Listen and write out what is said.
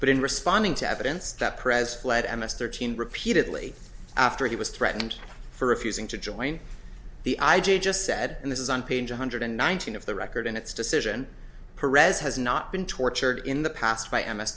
but in responding to evidence that pres fled m s thirteen repeatedly after he was threatened for refusing to join the i j just said and this is on page one hundred nineteen of the record and its decision has not been tortured in the past by m